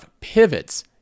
pivots